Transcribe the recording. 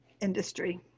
industry